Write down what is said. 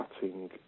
cutting